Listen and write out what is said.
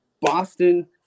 Boston